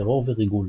טרור וריגול.